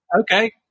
Okay